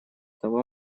того